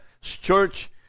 church